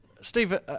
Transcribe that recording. Steve